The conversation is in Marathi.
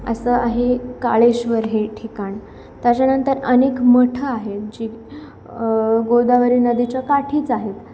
असं आहे काळेश्वर हे ठिकाण त्याच्यानंतर अनेक मठ आहेत जी गोदावरी नदीच्या काठीच आहेत